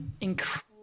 incredible